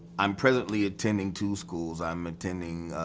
i'm presently attending two schools. i'm attending,